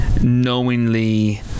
knowingly